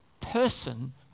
person